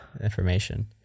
Information